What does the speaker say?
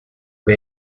con